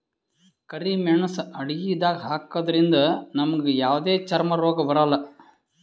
ಕರಿ ಮೇಣ್ಸ್ ಅಡಗಿದಾಗ್ ಹಾಕದ್ರಿಂದ್ ನಮ್ಗ್ ಯಾವದೇ ಚರ್ಮ್ ರೋಗ್ ಬರಲ್ಲಾ